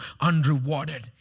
unrewarded